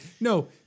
No